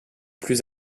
plus